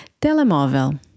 Telemóvel